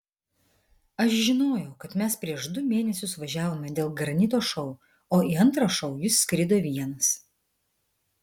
aš žinojau kad mes prieš du mėnesius važiavome dėl granito šou o į antrą šou jis skrido vienas